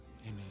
amen